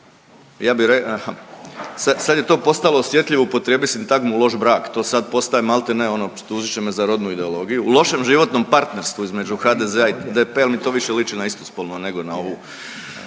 ja bi sad je to postalo osjetljivo upotrijebit sintagmu loš brak, to sad postaje maltene tužit će me za rodnu ideologiju, u lošem životnom partnerstvu između HDZ-a i DP-a jel mi to više liči na istospolno nego na ovu